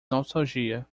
nostalgia